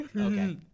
Okay